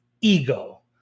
ego